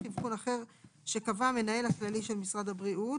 אבחון אחר שקבע המנהל הכללי של משרד הבריאות,